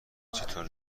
چطور